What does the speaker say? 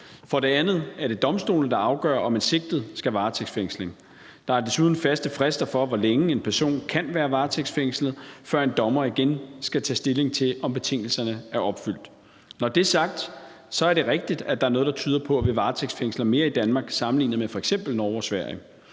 For det andet er det domstolen, der afgør, om en sigtet skal varetægtsfængsles. Der er desuden faste frister for, hvor længe en person kan være varetægtsfængslet, før en dommer igen skal tage stilling til, om betingelserne er opfyldt. Når det er sagt, er det rigtigt, at der er noget, der tyder på, at vi varetægtsfængsler mere i Danmark end i eksempelvis Norge og Sverige,